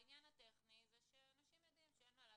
העניין הטכני הוא שאנשים יודעים שאין מה לעשות,